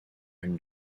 him